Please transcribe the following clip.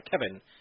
Kevin